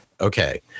okay